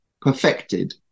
perfected